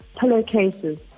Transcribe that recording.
pillowcases